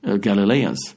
Galileans